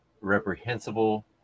reprehensible